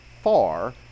far